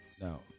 now